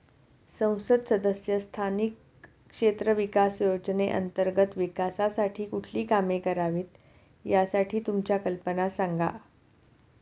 संसद सदस्य स्थानिक क्षेत्र विकास योजने अंतर्गत विकासासाठी कुठली कामे करावीत, यासाठी तुमच्या कल्पना सांगा